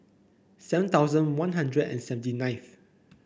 seven thousand One Hundred and seventy nineth